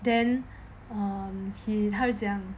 then err 他就讲